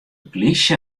polysje